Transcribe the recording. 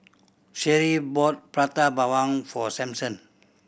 Sherree bought Prata Bawang for Samson